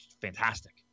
fantastic